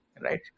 right